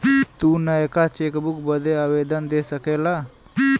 तू नयका चेकबुक बदे आवेदन दे सकेला